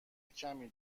کمی